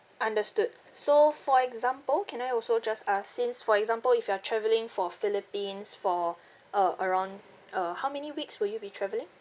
understood so for example can I also just ask since for example if you are travelling for philippines for uh around uh how many weeks will you be travelling